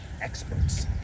experts